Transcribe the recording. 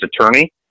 attorney